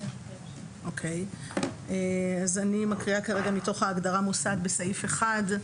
אני מקריאה מההגדרה מוסד בסעיף אחד,